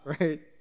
right